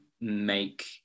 make